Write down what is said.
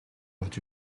орж